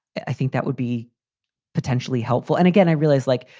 i think that would be potentially helpful. and again, i realize, like,